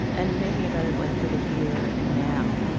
and making it better, like, for the here and now.